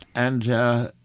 and, ah,